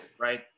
right